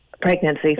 Pregnancy